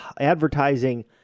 advertising